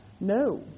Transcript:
No